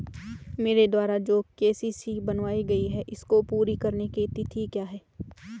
मेरे द्वारा जो के.सी.सी बनवायी गयी है इसको पूरी करने की तिथि क्या है?